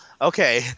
Okay